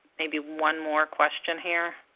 maybe one more question here.